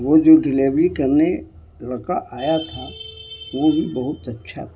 وہ جو ڈلیوری کرنے لڑکا آیا تھا وہ بھی بہت اچھا تھا